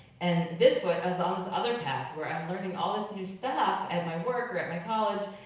and this foot is on this other path where i'm learning all this new stuff at my work or at my college,